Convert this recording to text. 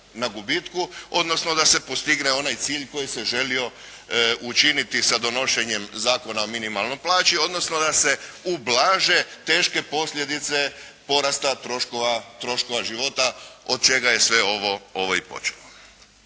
na gubitku, odnosno da se postigne onaj cilj koji se želio učiniti sa donošenjem Zakona o minimalnoj plaći, odnosno da se ublaže teške posljedice porasta troškova života od čega je sve ovo i počelo.